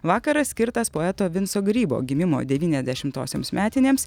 vakaras skirtas poeto vinco grybo gimimo devyniasdešimtosioms metinėms